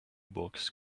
box